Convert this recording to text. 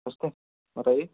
नमस्ते बताइए